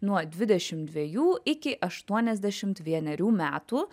nuo dvidešimt dvejų iki aštuoniasdešimt vienerių metų